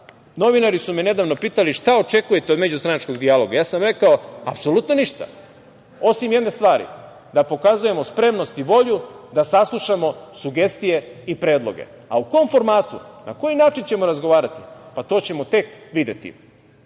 novinari su me nedavno pitali – šta očekujete od međustranačkog dijaloga? Ja sam rekao – apsolutno ništa, osim jedne stvari, da pokazujemo spremnost i volju da saslušamo sugestije i predloge. A u kom formatu, na koji način ćemo razgovarati, to ćemo tek videti.